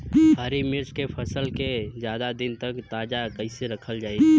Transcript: हरि मिर्च के फसल के ज्यादा दिन तक ताजा कइसे रखल जाई?